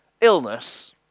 illness